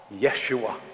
Yeshua